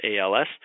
ALS